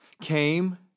came